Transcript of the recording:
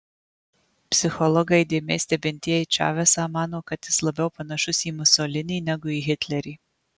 psichologai įdėmiai stebintieji čavesą mano kad jis labiau panašus į musolinį negu į hitlerį